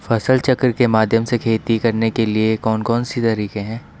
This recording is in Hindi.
फसल चक्र के माध्यम से खेती करने के लिए कौन कौन से तरीके हैं?